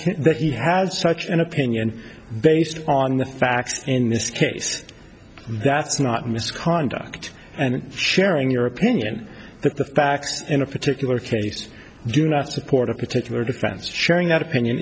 that he has such an opinion based on the facts in this case that's not misconduct and sharing your opinion that the facts in a particular case do not support a particular defense showing that opinion